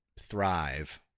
thrive